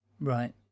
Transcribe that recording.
right